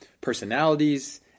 personalities